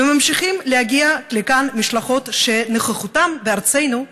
וממשיכים להגיע לכאן במשלחות שנוכחותן בארצנו,